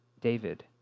David